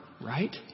right